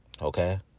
Okay